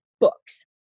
books